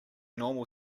normal